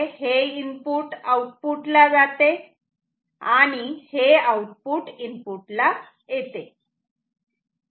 हे इनपुट आउटपुटला जाते आणि हे आउटपुट इनपुटला येते